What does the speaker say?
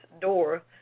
door